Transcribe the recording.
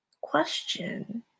question